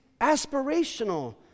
aspirational